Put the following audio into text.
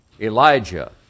Elijah